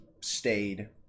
stayed